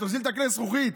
תוזיל את כלי הזכוכית,